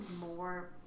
more